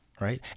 right